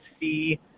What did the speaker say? see